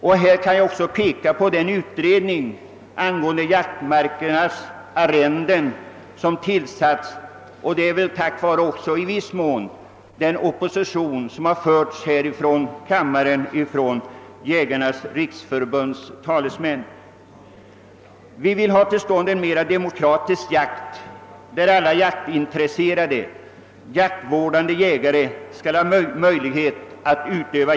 Jag vill i sammanhanget peka på den utredning som tillsatts rörande jaktmarkernas arrenden; en sak som väl i viss mån också har tillkommit tack vare den opposition som förts här i riksdagen av talesmännen för Jägarnas riksförbund. Vi vill få till stånd en mera demokratisk jakt, i vilken alla jaktintresserade och jaktvårdande personer skall ha möjlighet att delta.